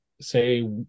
say